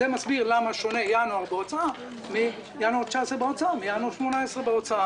זה מסביר למה שונה ינואר 2019 בהוצאה מינואר 2018 בהוצאה.